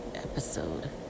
episode